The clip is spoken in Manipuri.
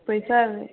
ꯄꯩꯁꯥ